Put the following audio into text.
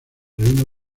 reino